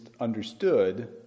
understood